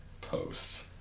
Post